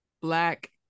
Black